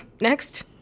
next